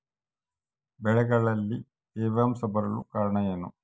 ಬೆಳೆಗಳಲ್ಲಿ ತೇವಾಂಶ ಬರಲು ಕಾರಣ ಏನು?